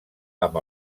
amb